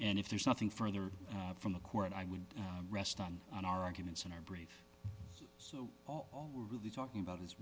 and if there's nothing further from the court i would rest on on our arguments in our brief so we're really talking about his